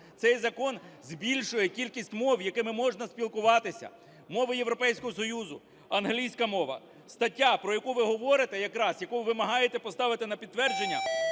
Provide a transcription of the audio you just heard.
цей закон збільшує кількість мов, якими можна спілкуватися: мови Європейського Союзу, англійська мова. Стаття, про яку ви говорите якраз, яку ви вимагаєте поставити на підтвердження,